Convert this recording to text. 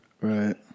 Right